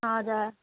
हजुर